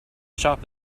shop